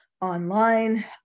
online